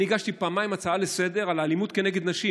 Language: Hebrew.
אני הגשתי פעמיים הצעה לסדר-היום על אלימות כנגד נשים.